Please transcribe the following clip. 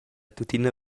tuttina